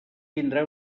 tindrà